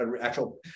actual